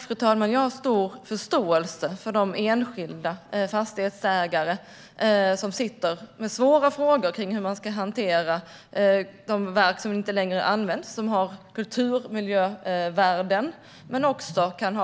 Fru talman! Jag har stor förståelse för de enskilda fastighetsägare som sitter med svåra frågor kring hur man ska hantera de verk som inte längre används, som har kulturmiljövärden men som också kan